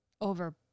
over